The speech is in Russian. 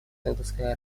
саудовская